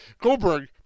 Goldberg